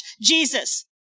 Jesus